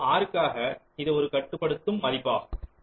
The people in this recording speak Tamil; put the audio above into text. ஒரு OR க்காக இது ஒரு கட்டுப்படுத்தும் மதிப்பாகும்